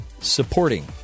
supporting